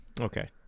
Okay